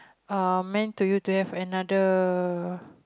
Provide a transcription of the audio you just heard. um meant to you to have another